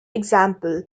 example